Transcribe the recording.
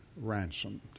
ransomed